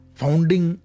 founding